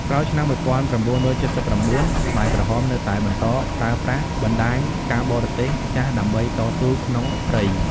ក្រោយឆ្នាំ១៩៧៩ ខ្មែរក្រហមនៅតែបន្តប្រើប្រាស់បណ្ដាញការបរទេសចាស់ដើម្បីតស៊ូក្នុងព្រៃ។